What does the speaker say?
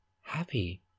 happy